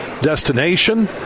Destination